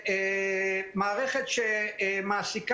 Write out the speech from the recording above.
אלו דברים שהתנהלו כל הזמן.